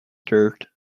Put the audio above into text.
dirt